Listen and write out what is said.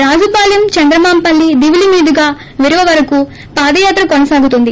రాజుపాలెం చంద్రమాంపల్లి దివిలి మీదగా విరవ వరకు పాదయాత్ర కొనసాగుతుంది